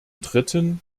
dritten